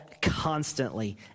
Constantly